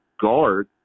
guard